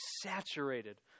saturated